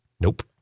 Nope